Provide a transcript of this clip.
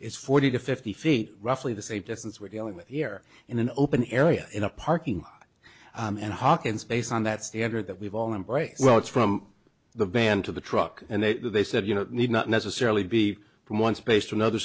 it's forty to fifty feet roughly the same distance we're dealing with here in an open area in a parking lot and hawkins based on that standard that we've all embrace well it's from the van to the truck and then they said you know need not necessarily be from one space to another